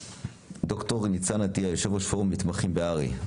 ד"ר ניצן עטיה, יושב ראש פורום מתמחים בהר"י.